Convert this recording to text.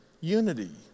unity